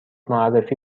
معرفی